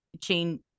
chain